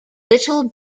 little